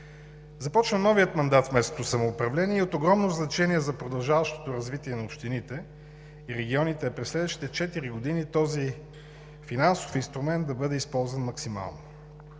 Започва новият мандат в местното самоуправление и от огромно значение за продължаващото развитие на общините и регионите е този финансов инструмент да бъде използван максимално